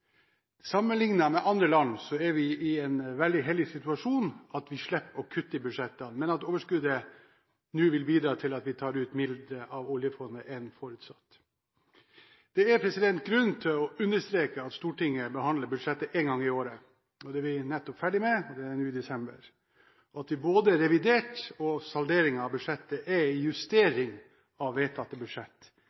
Sammenlignet med mange andre land er vi i den veldig heldige situasjon at vi slipper å kutte i budsjettene. Overskuddet vil bidra til at vi tar ut mindre av oljefondet enn forutsatt. Det er grunn til å understreke at Stortinget behandler budsjettet én gang i året. Det er vi nettopp ferdig med – det er nå i desember. Både revidert og salderingen er en justering av det vedtatte